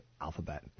Alphabet